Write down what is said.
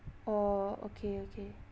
oh okay okay